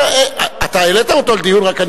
זה נושא לדיון, אני